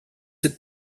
cette